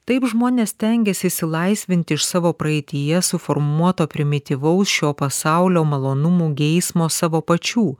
taip žmonės stengiasi išsilaisvinti iš savo praeityje suformuoto primityvaus šio pasaulio malonumų geismo savo pačių